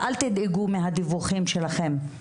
אל תדאגו בגלל הדיווחים שלכם.